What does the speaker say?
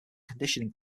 conditioning